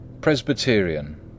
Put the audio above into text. Presbyterian